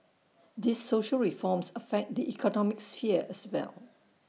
these social reforms affect the economic sphere as well